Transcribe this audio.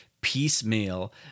piecemeal